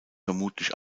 vermutlich